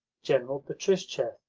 general betristchev,